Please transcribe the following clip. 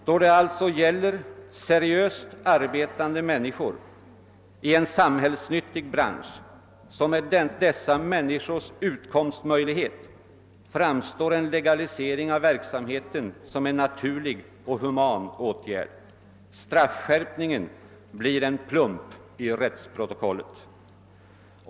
Då det alltså gäller seriöst arbetande människor i en samhällsnyttig bransch som är dessa människors utkomstmöjligheter framstår en legalisering av verksamheten som en naturlig och human åtgärd. Straffskärpningen blir en plump i rättisprotokollet.